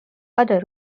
other